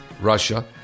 Russia